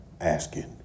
asking